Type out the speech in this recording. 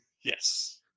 Yes